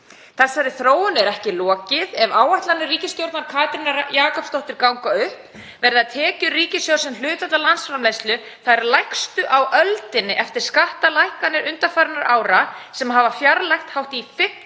Þessari þróun er ekki lokið. Ef áætlanir ríkisstjórnar Katrínar Jakobsdóttur ganga upp verða tekjur ríkissjóðs sem hlutfall af landsframleiðslu þær lægstu á öldinni eftir skattalækkanir undanfarinna ára sem hafa fjarlægt hátt í 50